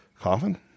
coffin